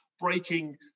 breaking